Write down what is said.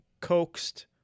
coaxed